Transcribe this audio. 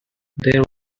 there